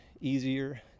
easier